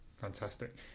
Fantastic